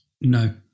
no